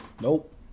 Nope